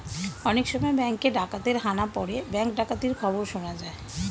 অনেক সময় ব্যাঙ্কে ডাকাতের হানা পড়ে ব্যাঙ্ক ডাকাতির খবর শোনা যায়